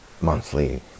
monthly